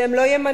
שהם לא ימנים,